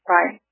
Right